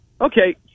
Okay